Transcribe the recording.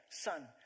Son